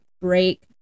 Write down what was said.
break